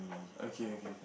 okay okay